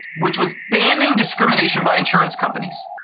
which was banning discrimination by insurance companies,